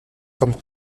comme